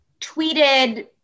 tweeted